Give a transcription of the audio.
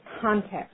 context